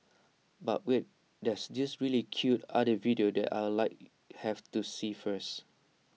but wait there's this really cute otter video that I Like have to see first